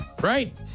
Right